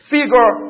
Figure